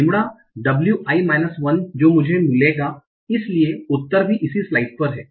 lambda W I minus 1 जो मुझे मिलेगा इसलिए उत्तर भी इस स्लाइड पर है